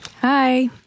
Hi